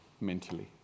mentally